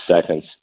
seconds